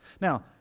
now